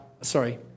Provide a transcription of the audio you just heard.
sorry